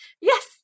Yes